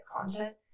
content